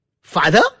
Father